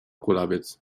kulawiec